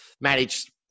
managed